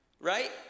Right